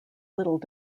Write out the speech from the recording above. little